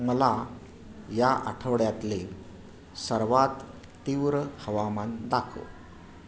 मला या आठवड्यातले सर्वात तीव्र हवामान दाखव